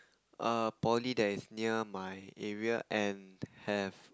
a poly that is near my area and have